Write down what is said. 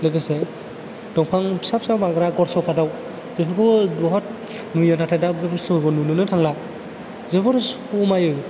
लोगोसे दंफां फिसा फिसायाव बांग्रा गर सका दाउ बेफोरखौबो बुहुत नुयो नाथाय दा बे बुस्थुफोरखौ नुनोनो थांला जोबोर समायो